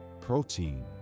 protein